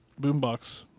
Boombox